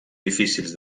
difícils